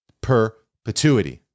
perpetuity